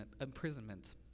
imprisonment